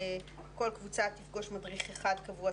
כל קבוצה תפגוש מדריך אחד קבוע,